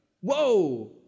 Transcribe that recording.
whoa